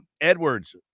Edwards